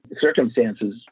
circumstances